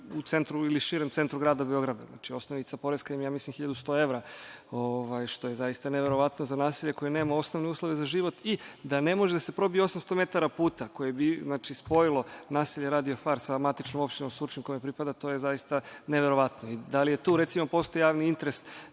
u centru ili u širem centru grada Beograda. Znači, poreska osnovica im je negde 1.100 evra, što je zaista neverovatno za naselje koje nema osnovne uslove za život i da ne može da se probije 800 metara puta koji bi spojilo naselje Radio far sa matičnom opštinom Surčin kojoj pripada i to je zaista neverovatno. Da li je tu, recimo, postojao javni interes